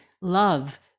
love